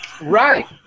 Right